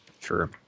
Sure